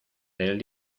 del